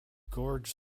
gorge